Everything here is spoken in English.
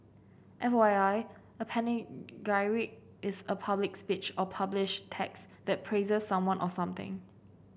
F Y I a panegyric is a public speech or publish text that praises someone or something